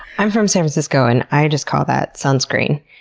i'm from san francisco and i just call that sunscreen.